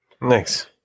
Nice